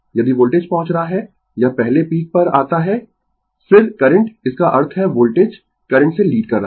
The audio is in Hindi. यदि वोल्टेज पहुंच रहा है यह पहले पीक पर आता है फिर करंट इसका अर्थ है वोल्टेज करंट से लीड कर रहा है